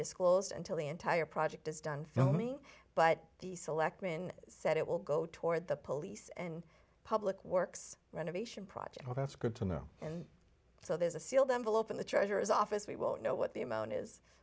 disclosed until the entire project is done filmy but the selectmen said it will go toward the police and public works renovation project well that's good to know and so there's a sealed envelope in the treasurer's office we will know what the amount is